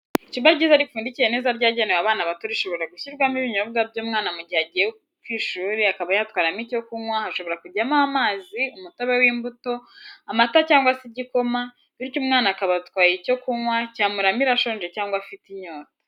Icupa ryiza ripfundikiye neza ryagenewe abana bato rishobora gushyirwamo ibinyobwa by'umwana mu gihe agiye ku ishuri akaba yatwaramo icyo kunywa hashobora kujyamo amazi umutobe w'imbuto, amata cyangwa se igikoma bityo umwana akaba atwaye icyo kunywa cyamuramira ashonje cyangwa afite inyota